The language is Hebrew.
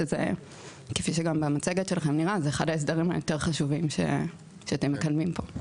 שהוא נראה כאחד ההסדרים היותר חשובים שאתם מקדמים פה?